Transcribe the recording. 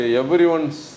everyone's